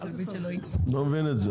אני לא מבין את זה.